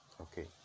Okay